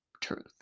Truth